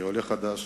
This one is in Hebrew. כעולה חדש